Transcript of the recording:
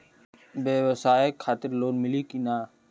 ब्यवसाय खातिर लोन मिली कि ना?